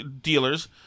dealers